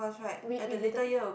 we we didn't